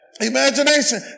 Imagination